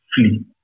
flee